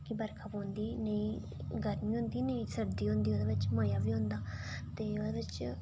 की बरखा पौंदी नेईं गर्मी होंदी ते नेईं सर्दी होंदी ते ओह्दे बिच मज़ा बी औंदा ते ओह्दे बिच